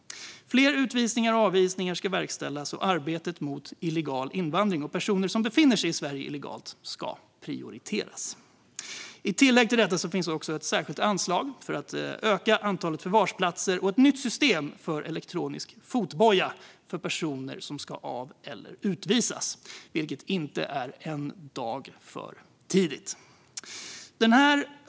Fler utvisningar och avvisningar ska verkställas, och arbetet mot illegal invandring och personer som befinner sig i Sverige illegalt ska prioriteras. I tillägg till detta finns ett särskilt anslag för att öka antalet förvarsplatser och ett nytt system för elektronisk fotboja för personer som ska av eller utvisas, vilket inte är en dag för tidigt.